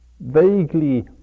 vaguely